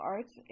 Arts